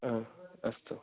अ अस्तु